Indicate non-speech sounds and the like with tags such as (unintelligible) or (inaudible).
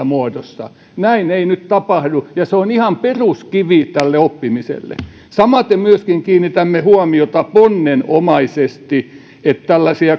(unintelligible) muodossa näin ei nyt tapahdu ja se on ihan peruskivi tälle oppimiselle samaten myöskin kiinnitämme huomiota ponnenomaisesti että tällaisten